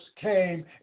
came